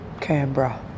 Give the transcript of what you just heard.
Canberra